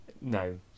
No